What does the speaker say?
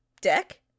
deck